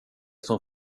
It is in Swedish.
som